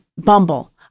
Bumble